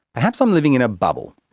perhaps i'm living in a bubble.